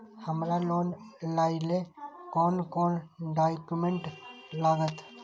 हमरा लोन लाइले कोन कोन डॉक्यूमेंट लागत?